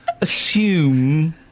assume